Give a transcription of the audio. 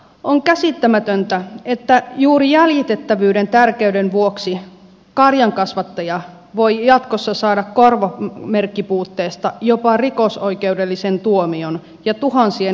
on käsittämätöntä että juuri jäljitettävyyden tärkeyden vuoksi karjankasvattaja voi jatkossa saada korvamerkkipuutteesta jopa rikosoikeudellisen tuomion ja tuhansien eurojen sanktiot